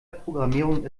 programmierung